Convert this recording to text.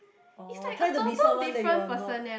orh try to be someone that you're not